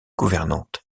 gouvernante